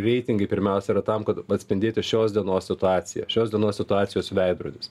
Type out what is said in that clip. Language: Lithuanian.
reitingai pirmiausia yra tam kad atspindėti šios dienos situaciją šios dienos situacijos veidrodis